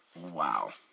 Wow